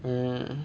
um